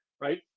right